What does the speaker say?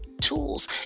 tools